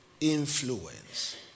Influence